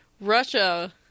Russia